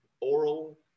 oral